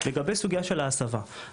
לגבי הסוגייה של ההסבה,